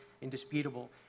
indisputable